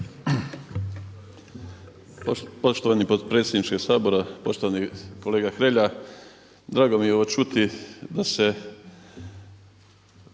Poštovani potpredsjedniče Sabora, poštovani kolega Hrelja drago mi je evo čuti da se